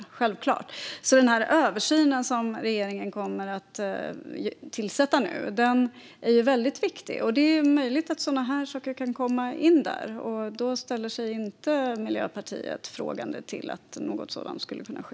Alkohol-, narkotika-, dopnings och tobaks-frågor Den översyn som regeringen kommer att genomföra nu är väldigt viktig. Det är möjligt att sådana här saker kan komma in där. Miljöpartiet ställer sig inte frågande till att något sådant skulle kunna ske.